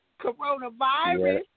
Coronavirus